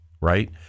right